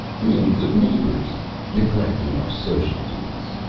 we ain't good neighbors neglecting our social duties.